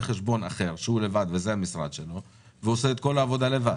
חשבון אחר שהוא לבד וזה המשרד שלו והוא עושה את כל העבודה לבד.